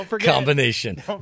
combination